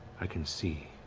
i can see